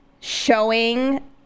showing